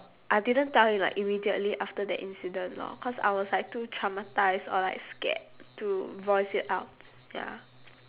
I didn't tell him like immediately after that incident lor cause I was like too traumatised or like scared to voice it out ya